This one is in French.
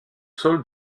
sol